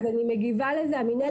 אז אני מגיבה לזה, המינהלת כן ציפתה.